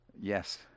Yes